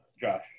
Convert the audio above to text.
Josh